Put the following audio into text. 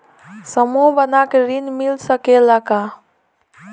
समूह बना के ऋण मिल सकेला का?